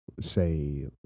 say